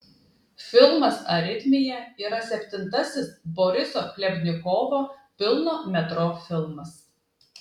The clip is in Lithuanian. filmas aritmija yra septintasis boriso chlebnikovo pilno metro filmas